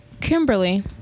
Kimberly